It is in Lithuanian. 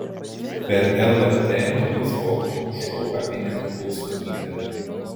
per lrt naujas pokalbių šou apie nepriklausomybę